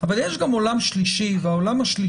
אבל יש גם עולם שלישי שהוא ערכים